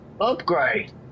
upgrade